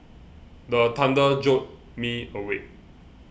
the thunder jolt me awake